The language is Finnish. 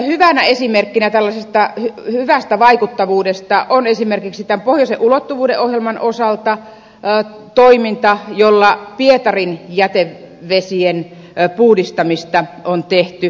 hyvänä esimerkkinä tällaisesta hyvästä vaikuttavuudesta on esimerkiksi pohjoisen ulottuvuuden ohjelman osalta toiminta jolla pietarin jätevesien puhdistamista on tehty